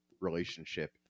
relationship